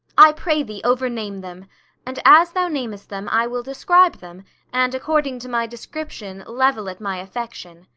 i pray thee over-name them and as thou namest them, i will describe them and according to my description, level at my affection.